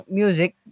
music